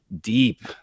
deep